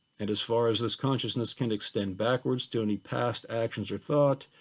and as far as this consciousness can extend backwards to any past actions or thought,